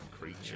creature